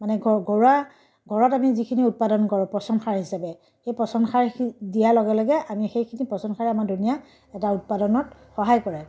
মানে ঘৰুৱা ঘৰত আমি যিখিনি উৎপাদন কৰোঁ পচন সাৰ হিচাপে সেই পচন সাৰ দিয়াৰ লগে লগে আমি সেইখিনি পচন সাৰে আমাক ধুনীয়া এটা উৎপাদনত সহায় কৰে